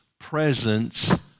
presence